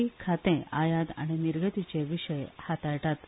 टी खाते आयात आनी निर्गतीचे विषय हाताळटा